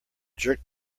jerk